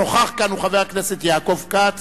חבר הכנסת שנוכח כאן הוא חבר הכנסת יעקב כץ,